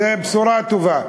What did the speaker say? זו בשורה טובה.